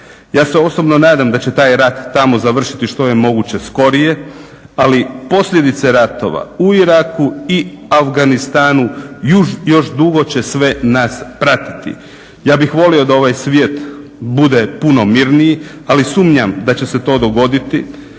Ja se osobno nadam da će taj rat tamo završiti što je moguće skorije ali posljedice ratova u Iraku i Afganistanu još dugo će sve nas pratiti. Ja bih volio da ovaj svijet bude puno mirniji ali sumnjam da će se to dogoditi.